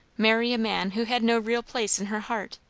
marry a man who had no real place in her heart.